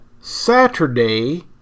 Saturday